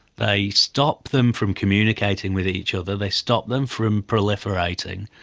they stop them from communicating with each other, they stop them from proliferating,